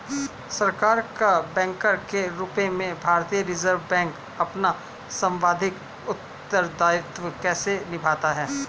सरकार का बैंकर के रूप में भारतीय रिज़र्व बैंक अपना सांविधिक उत्तरदायित्व कैसे निभाता है?